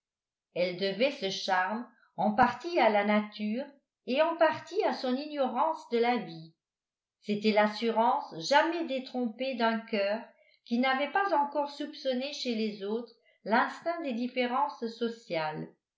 elle devait ce charme en partie à la nature et en partie à son ignorance de la vie c'était l'assurance jamais détrompée d'un cœur qui n'avait pas encore soupçonné chez les autres l'instinct des différences sociales